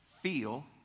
feel